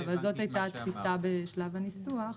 זאת הייתה התפיסה בשלב הניסוח.